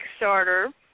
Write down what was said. Kickstarter